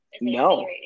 No